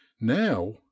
now